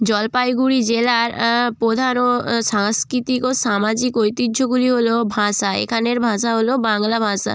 জলপাইগুড়ি জেলার প্রধান ও সাংস্কৃতিক ও সামাজিক ঐতিহ্যগুলি হলো ভাষা এখানের ভাষা হলো বাংলা ভাষা